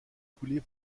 coulées